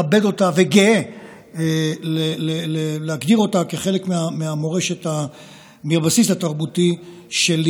מכבד אותה וגאה להגדיר אותה כחלק מהמורשת והבסיס התרבותי שלי.